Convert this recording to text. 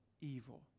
evil